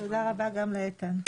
תודה רבה גם לאיתן.